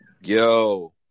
Yo